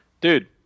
dude